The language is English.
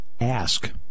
ask